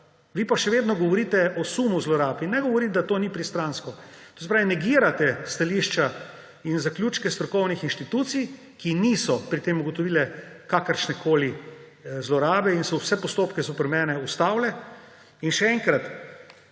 vi pa še vedno govorite o sumu zlorab. Ne govoriti, da to ni pristransko. Negirate stališča in zaključke strokovnih institucij, ki niso pri tem ugotovile kakršnekoli zlorabe in so vse postopke zoper mene ustavile. Še enkrat,